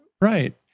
Right